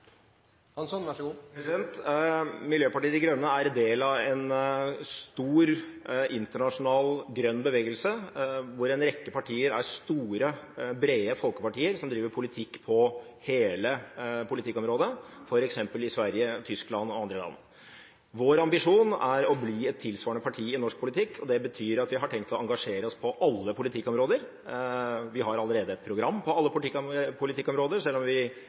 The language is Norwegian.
Hansson og Miljøpartiet De Grønne å tilnærme seg de andre partiene? Vil man også være konstruktive i saker hvor man står ganske langt fra hverandre? Miljøpartiet De Grønne er del av en stor internasjonal grønn bevegelse, hvor en rekke partier er store, brede folkepartier som driver politikk på hele politikkområdet, f.eks. i Sverige, Tyskland og andre land. Vår ambisjon er å bli et tilsvarende parti i norsk politikk, og det betyr at vi har tenkt å engasjere oss på alle politikkområder. Vi har